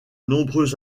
nombreux